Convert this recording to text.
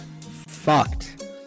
Fucked